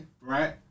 Right